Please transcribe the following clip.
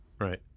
Right